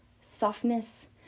softness